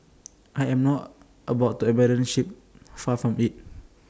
I am not about to abandon ship far from IT